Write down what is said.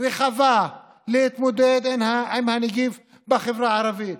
רחבה להתמודד עם הנגיף בחברה הערבית.